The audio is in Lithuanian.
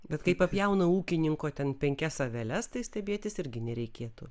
bet kai papjauna ūkininko ten penkias aveles tai stebėtis irgi nereikėtų